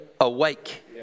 awake